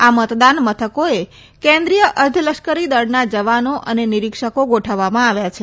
આ મતદાન મથકોએ કેન્દ્રિય અર્ધલશ્કરી દળના જવાનો અને નિરીક્ષકો ગોઠવવામાં આવ્યા છે